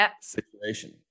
situation